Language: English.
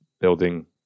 building